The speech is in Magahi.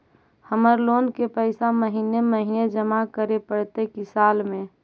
हमर लोन के पैसा महिने महिने जमा करे पड़तै कि साल में?